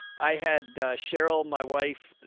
i had cheryl, my wife.